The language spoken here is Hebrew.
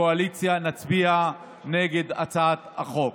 כממשלה וכקואליציה, נצביע נגד הצעת החוק.